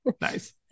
nice